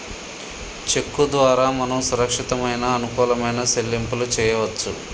చెక్కు ద్వారా మనం సురక్షితమైన అనుకూలమైన సెల్లింపులు చేయవచ్చు